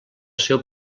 seu